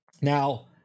Now